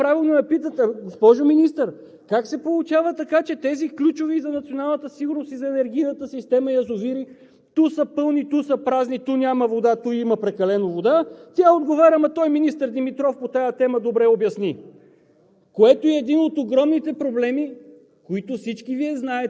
представител Петър Петров.) Когато моите колеги правилно я питат – госпожо Министър, как се получава така, че тези ключови за националната сигурност и за енергийната система язовири ту са пълни, ту са празни, ту няма вода, ту има прекалено вода, тя отговаря – ама той, министър Димитров, по тази тема добре обясни.